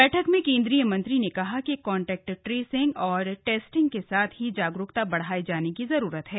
बैठक में केंद्रीय मंत्री ने कहा कि कॉन्टैक्ट ट्रेसिंग और टेस्टिंग के साथ ही जागरूकता बढ़ाए जाने की जरूरत है